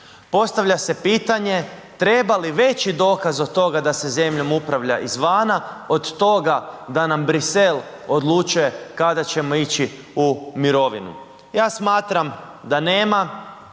Postavlja se pitanje, treba li veći dokaz od toga da se zemljom upravlja izvana da nam Bruxelles odlučuje kada ćemo ići u mirovinu. Ja smatram da nema